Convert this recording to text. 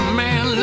man